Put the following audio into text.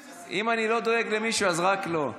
אם אני לא דואג למישהו, אז זה רק לו.